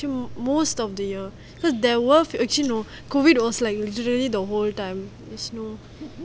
actually most of the year because they're worth actually no COVID was like literally the whole time so